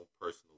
personal